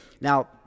Now